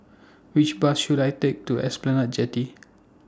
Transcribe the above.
Which Bus should I Take to Esplanade Jetty